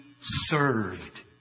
served